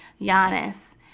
Giannis